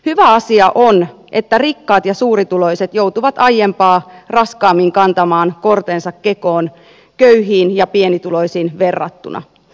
hyvä asia on että rikkaat ja suurituloiset joutuvat aiempaa raskaammin kantamaan kortensa kekoon köyhiin ja pienituloisiin verrattuna